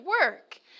work